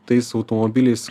tais automobiliais